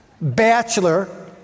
bachelor